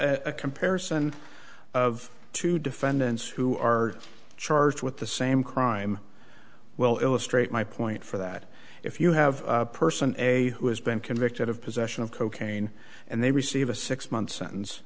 k a comparison of two defendants who are charged with the same crime well illustrate my point for that if you have a person a who has been convicted of possession of cocaine and they receive a six month s